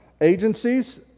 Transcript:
agencies